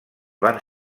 van